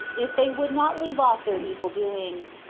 if they would not leave off their evil doings.